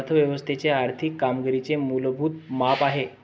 अर्थ व्यवस्थेच्या आर्थिक कामगिरीचे मूलभूत माप आहे